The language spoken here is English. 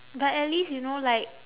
but at least you know like